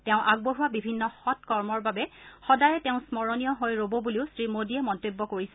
তেওঁ আগবঢ়োৱা বিভিন্ন সং কৰ্মৰ বাবে সদায়ে তেওঁ স্মৰণীয় হৈ ৰব বুলিও শ্ৰীমোডীয়ে মন্তব্য কৰিছে